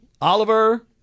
Oliver